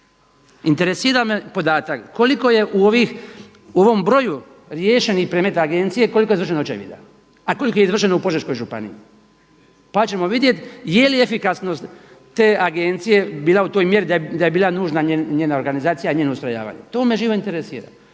Interesira me podatak koliko je u ovih, u ovom broju riješenih predmeta Agencije koliko je izvršeno očevida, a koliko je izvršeno u Požeškoj županiji? Pa ćemo vidjeti je li efikasnost te Agencije bila u toj mjeri da je bila nužna organizacija, njeno ustrojavanje to me živo interesira,